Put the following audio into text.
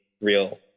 real